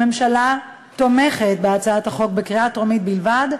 הממשלה תומכת בהצעת החוק בקריאה טרומית בלבד,